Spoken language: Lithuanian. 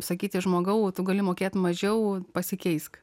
sakyti žmogau tu gali mokėt mažiau pasikeisk